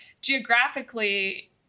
geographically